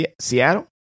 Seattle